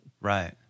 Right